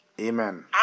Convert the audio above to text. Amen